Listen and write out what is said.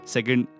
Second